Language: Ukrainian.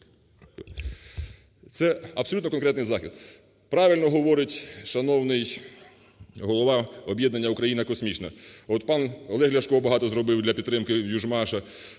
Це абсолютно конкретний захід. Правильно говорить шановний голова об'єднання "Україна космічна". От пан Олег Ляшко багато зробив для підтримки "Южмаша",